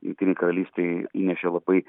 jungtinėj karalystėj įnešė labai